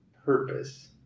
Purpose